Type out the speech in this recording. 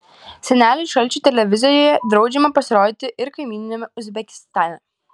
seneliui šalčiui televizijoje draudžiama pasirodyti ir kaimyniniame uzbekistane